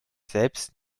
selbst